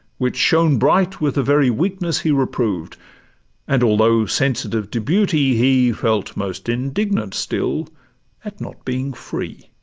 which shone bright with the very weakness he reproved and although sensitive to beauty, he felt most indignant still at not being free.